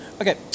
Okay